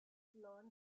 lawn